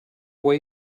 way